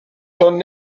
sont